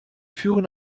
führen